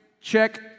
Check